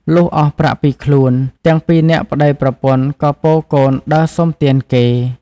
លុះអស់ប្រាក់ពីខ្លួន ទាំងពីរនាក់ប្តីប្រពន្ធក៏ពរកូនដើរសុំទានគេ។